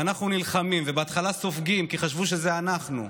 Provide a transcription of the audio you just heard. ואנחנו נלחמים ובהתחלה סופגים, כי חשבו שזה אנחנו,